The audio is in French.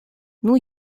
new